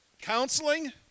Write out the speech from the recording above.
Counseling